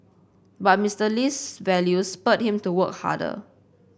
but Mister Lee's values spurred him to work harder